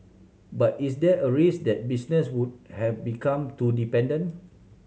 but is there a risk that business would have become too dependent